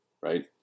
right